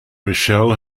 michele